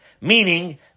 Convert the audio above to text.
meaning